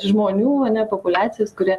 žmonių ane populiacijos kurie